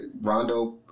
Rondo